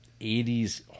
80s